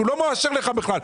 הוא לא מאפשר לך בכלל.